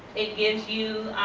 it gives you